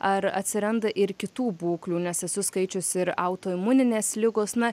ar atsiranda ir kitų būklių nes esu skaičiusi ir autoimuninės ligos na